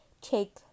take